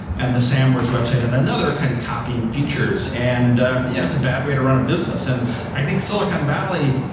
and the samwers website on another kind of copying features. and yeah it's a bad way to run a business. and i think silicon valley,